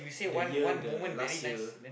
the year the last year